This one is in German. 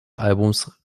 albums